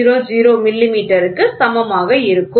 000 millimetre க்கு சமமாக இருக்கும்